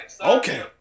Okay